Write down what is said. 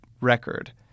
record